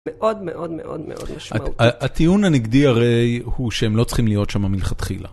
מאוד מאוד מאוד מאוד משמעותי. הטיעון הנגדי הרי הוא שהם לא צריכים להיות שם מלכתחילה.